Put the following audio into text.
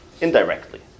indirectly